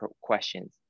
questions